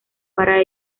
para